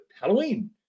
Halloween